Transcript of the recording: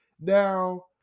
Now